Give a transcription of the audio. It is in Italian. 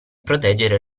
proteggere